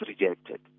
rejected